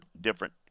different